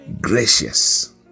gracious